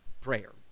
prayer